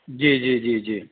જી જી જી જી